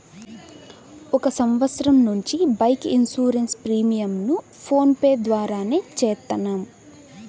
ఒక సంవత్సరం నుంచి బైక్ ఇన్సూరెన్స్ ప్రీమియంను ఫోన్ పే ద్వారానే చేత్తన్నాం